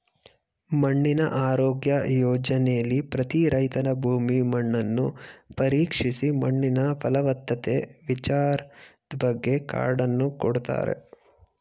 ಮಣ್ಣಿನ ಆರೋಗ್ಯ ಯೋಜನೆಲಿ ಪ್ರತಿ ರೈತನ ಭೂಮಿ ಮಣ್ಣನ್ನು ಪರೀಕ್ಷಿಸಿ ಮಣ್ಣಿನ ಫಲವತ್ತತೆ ವಿಚಾರದ್ಬಗ್ಗೆ ಕಾರ್ಡನ್ನು ಕೊಡ್ತಾರೆ